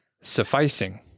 Sufficing